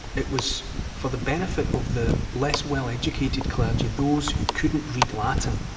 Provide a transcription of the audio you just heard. it was for the benefit of the less well-educated clergy, those who couldn't read latin.